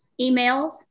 emails